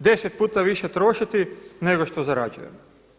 10 puta više trošiti nego što zarađujemo.